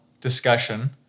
discussion